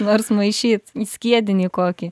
nors maišyt į skiedinį kokį